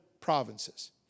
provinces